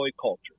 culture